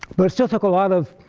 but this just took a lot of